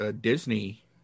Disney